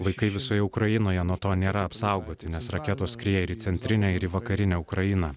vaikai visoje ukrainoje nuo to nėra apsaugoti nes raketos skrieja ir į centrinę ir į vakarinę ukrainą